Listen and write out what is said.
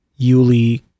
Yuli